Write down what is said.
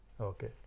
Okay